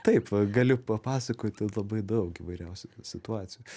taip gali papasakoti labai daug įvairiausių situacijų